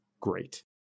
great